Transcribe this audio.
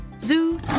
zoo